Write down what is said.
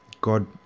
God